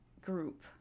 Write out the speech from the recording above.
group